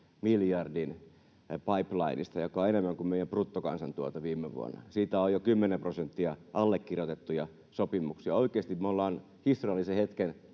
miljardin pipelinesta, joka on enemmän kuin meidän bruttokansantuotteemme viime vuonna. Siitä on jo kymmenen prosenttia allekirjoitettuja sopimuksia. Oikeasti me olemme historiallisen hetken